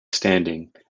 standing